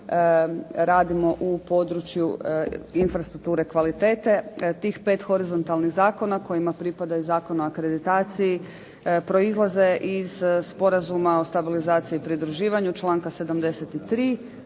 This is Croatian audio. radimo u području infrastrukture kvalitete. Tih pet horizontalnih zakona kojima pripadaju Zakon o akreditaciji proizlaze iz Sporazuma o stabilizaciji i pridruživanju članka 73.,